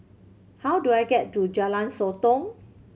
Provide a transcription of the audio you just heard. how do I get to Jalan Sotong